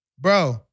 Bro